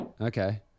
okay